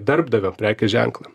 darbdavio prekės ženklą